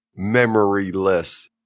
memoryless